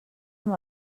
amb